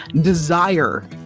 desire